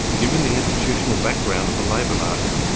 given the institutional background of the labour market,